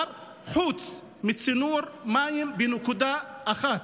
באל-בקיעה חוץ מצינור מים בנקודה אחת,